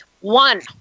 One